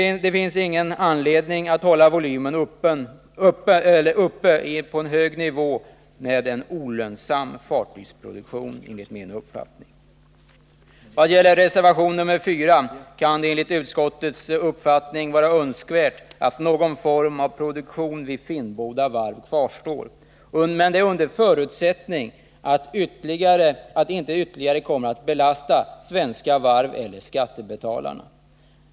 Till dess finns det ingen anledning att hålla volymen på en hög nivå när det gäller en enligt min uppfattning olönsam fartygsproduktion. Vad gäller reservation nr 4 kan det enligt utskottets uppfattning vara önskvärt att någon form av produktion vid Finnboda Varf kvarstår under förutsättning att detta inte ytterligare kommer att belasta Svenska Varv eller skattebetalarna.